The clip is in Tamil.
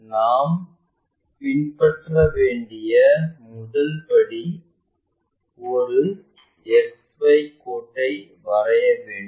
நாம் பின்பற்ற வேண்டிய முதல் படி ஒரு XY கோட்டை வரைய வேண்டும்